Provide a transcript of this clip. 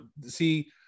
see